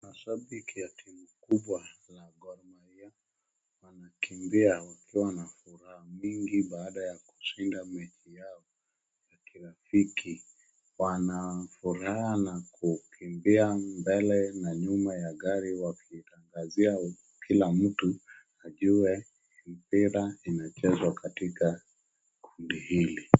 Mashabiki wa timu kubwa ya Gor Mahia wanakimbia wakiwa na furaha mingi baada ya kushinda mechi yao ya kirafiki. Wana furaha na kukimbia mbele na nyuma ya gari wakitangazia kila mtu ajue kwamba mpira imechezwa katika kundi hili.